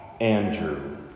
Andrew